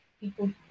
people